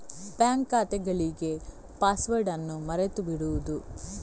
bank ಖಾತೆಗಳಿಗೆ password ಅನ್ನು ಮರೆತು ಬಿಡುವುದು